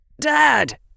Dad